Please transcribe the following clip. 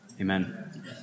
Amen